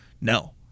no